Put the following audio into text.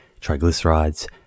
triglycerides